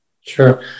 Sure